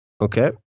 Okay